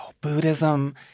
Buddhism